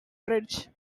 bridge